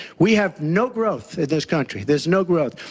we have no growth in this country. there is no growth.